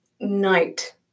night